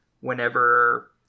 whenever